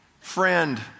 friend